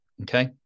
okay